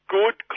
Good